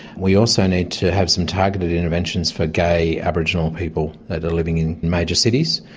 we also need to have some targeted interventions for gay aboriginal people that are living in major cities,